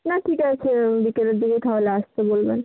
না ঠিক আছে বিকেলের দিকে তাহলে আসতে বলবেন